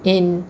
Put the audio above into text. and